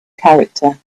character